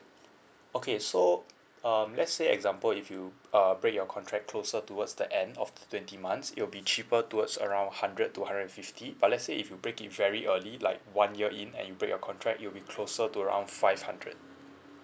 okay so um let's say example if you are break your contract closer towards the end of twenty months you'll be cheaper towards around hundred two hundred fifty but let's say if you break it very early like one year in and you break your contract you be closer to around five hundred